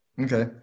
okay